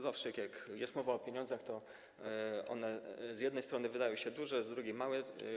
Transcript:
Zawsze, jak jest mowa o pieniądzach, to one z jednej strony wydają się duże, z drugiej - małe.